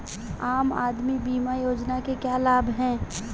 आम आदमी बीमा योजना के क्या लाभ हैं?